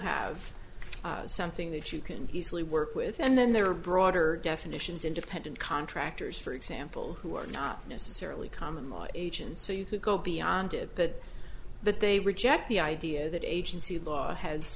have something that you can easily work with and then there are broader definitions independent contractors for example who are not necessarily common law agents so you could go beyond that but they reject the idea that agency law has